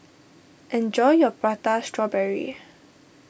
enjoy your Prata Strawberry